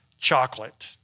chocolate